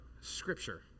Scripture